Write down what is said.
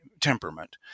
temperament